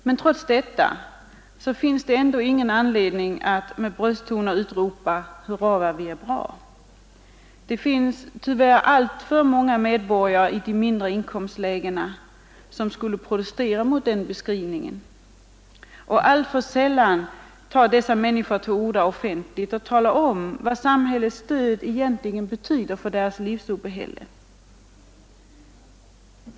Men trots detta finns det ingen anledning att med brösttoner utropa: Hurra vad vi är bra! Det finns tyvärr alltför många medborgare i de lägre inkomstskikten som skulle protestera mot den beskrivningen. Och alltför sällan tar dessa människor till orda offentligt och talar om, vad samhällets stöd egentligen betyder för deras livsuppehälle.